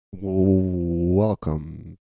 Welcome